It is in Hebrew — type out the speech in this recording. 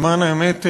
למען האמת,